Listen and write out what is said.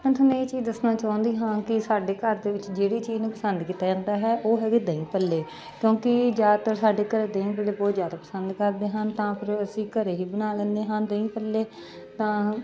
ਮੈਂ ਤੁਹਾਨੂੰ ਇਹ ਚੀਜ਼ ਦੱਸਣਾ ਚਾਹੁੰਦੀ ਹਾਂ ਕਿ ਸਾਡੇ ਘਰ ਦੇ ਵਿੱਚ ਜਿਹੜੀ ਚੀਜ਼ ਨੂੰ ਪਸੰਦ ਕੀਤਾ ਜਾਂਦਾ ਹੈ ਉਹ ਹੈਗੇ ਦਹੀਂ ਭੱਲੇ ਕਿਉਂਕਿ ਜ਼ਿਆਦਾਤਰ ਸਾਡੇ ਘਰ ਦਹੀ ਭੱਲੇ ਬਹੁਤ ਜ਼ਿਆਦਾ ਪਸੰਦ ਕਰਦੇ ਹਨ ਤਾਂ ਫਿਰ ਅਸੀਂ ਘਰ ਹੀ ਬਣਾ ਲੈਂਦੇ ਹਾਂ ਦਹੀਂ ਭੱਲੇ ਤਾਂ